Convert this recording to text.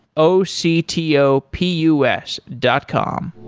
o c t o p u s dot com